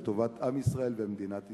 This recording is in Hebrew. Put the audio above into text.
לטובת עם ישראל ומדינת ישראל.